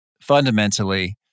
fundamentally